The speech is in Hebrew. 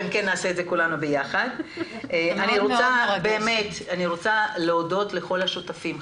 אני רוצה להודות לכל השותפים.